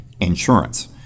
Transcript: insurance